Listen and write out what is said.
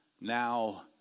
Now